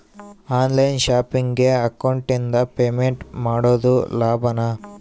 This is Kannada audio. ಆನ್ ಲೈನ್ ಶಾಪಿಂಗಿಗೆ ಅಕೌಂಟಿಂದ ಪೇಮೆಂಟ್ ಮಾಡೋದು ಲಾಭಾನ?